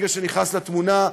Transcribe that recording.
ברגע שנכנס לתמונה,